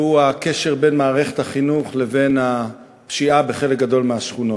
והוא הקשר בין מערכת החינוך לבין הפשיעה בחלק גדול מהשכונות.